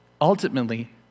Ultimately